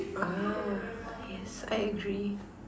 ah I agree